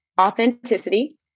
authenticity